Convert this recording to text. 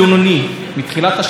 המשפחות שלהם,